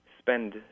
spend